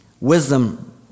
Wisdom